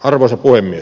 arvoisa puhemies